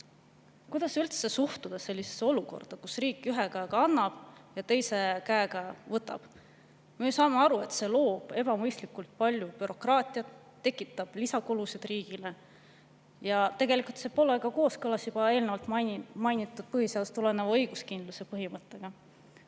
kuidas suhtuda sellisesse olukorda, kus riik ühe käega annab ja teise käega võtab? Me ju saame aru, et see loob ebamõistlikult palju bürokraatiat, tekitab riigile lisakulusid. Tegelikult see pole kooskõlas, nagu ma juba eelnevalt mainisin, põhiseadusest tuleneva õiguskindluse põhimõttega.